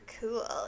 cool